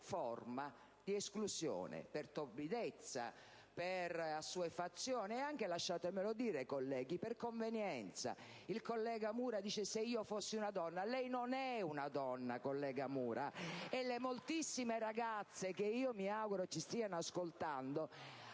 forma di esclusione, per torpidezza, per assuefazione e anche, lasciatemelo dire, colleghi, per convenienza. Il collega Mura dice: «se io fossi una donna(...)». Lei non è una donna, collega Mura! E alle moltissime ragazze che mi auguro ci stiano ascoltando